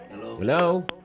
Hello